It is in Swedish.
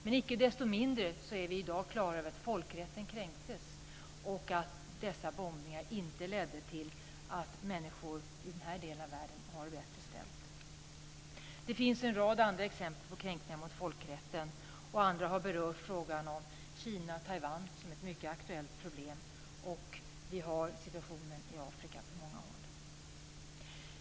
Men icke desto mindre är vi i dag klara över att folkrätten kränktes och att dessa bombningar inte ledde till att människor i denna del av världen fick det bättre ställt. Det finns en rad andra exempel på kränkningar mot folkrätten. Andra har berört frågan om Kina och Taiwan, som är ett mycket aktuellt problem. Vi har också sådana situationer på många håll i Afrika.